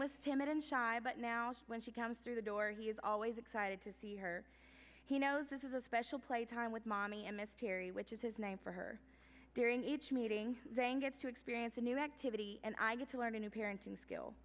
aimless timid and shy but now when she comes through the door he is always excited to see her he knows this is a special playtime with mommy a mystery which is his name for her during each meeting then gets to experience a new activity and i get to learn a new parenting skill